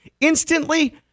instantly